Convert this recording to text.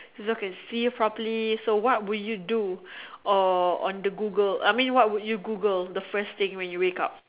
you still can see properly so what would you do or on the Google I mean what would you Google the first thing when you wake up